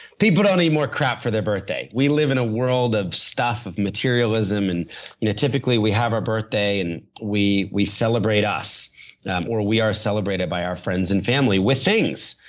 people don't need more crap for their birthday. we live in a world of stuff, of materialism, and typically we have our birthday and we we celebrate us or we are celebrated by our friends and family with things.